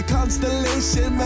Constellation